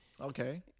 Okay